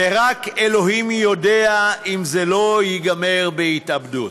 ורק אלוהים יודע אם זה לא ייגמר בהתאבדות.